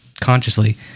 Consciously